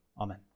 amen